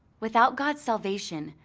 without god's salvation,